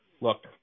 Look